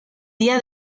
día